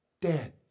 dead